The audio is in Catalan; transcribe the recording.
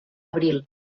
abril